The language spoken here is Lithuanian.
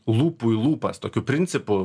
lūpų į lūpas tokiu principu